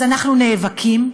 אז אנחנו נאבקים,